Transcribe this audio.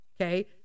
Okay